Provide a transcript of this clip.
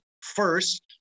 First